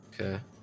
Okay